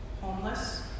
homeless